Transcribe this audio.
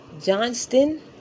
Johnston